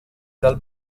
dal